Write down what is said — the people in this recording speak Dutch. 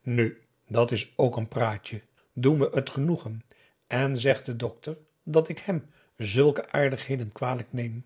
nu dat is ook een praatje doe me het genoegen en zeg den dokter dat ik hem zulke aardigheden kwalijk neem